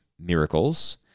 miracles